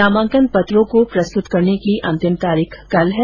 नामांकन पत्रों को प्रस्तुत करने की अन्तिम तारिख कल है